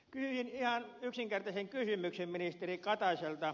kysyisin ihan yksinkertaisen kysymyksen ministeri kataiselta